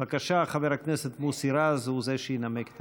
בבקשה, חבר הכנסת מוסי רז הוא שינמק את